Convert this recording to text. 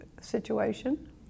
situation